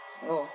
no